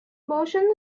motion